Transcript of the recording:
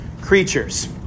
creatures